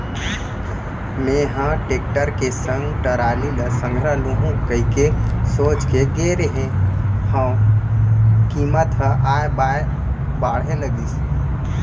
मेंहा टेक्टर के संग टराली ल संघरा लुहूं कहिके सोच के गे रेहे हंव कीमत ह ऑय बॉय बाढ़े लगिस